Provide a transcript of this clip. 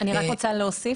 אני רוצה להוסיף,